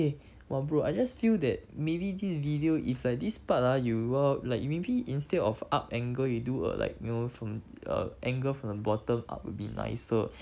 eh !wah! bro I just feel that maybe this video if like this part ah you well like you maybe instead of up angle you do err like you know from err angle from the bottom up will be nicer